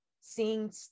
seeing